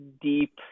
deep